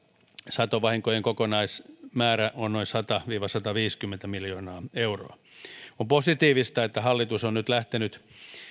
satovahinkojen kokonaismäärä on noin sata viiva sataviisikymmentä miljoonaa euroa on positiivista että hallitus on nyt lähtenyt